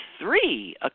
three